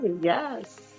yes